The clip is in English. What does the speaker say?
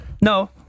No